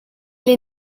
les